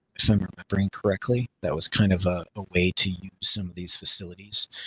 if i'm remembering correctly, that was kind of ah a way to some of these facilities.